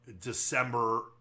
December